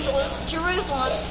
Jerusalem